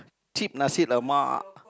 cheap Nasi-Lemak